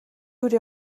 кюре